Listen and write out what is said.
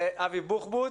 לאבי בוחבוט,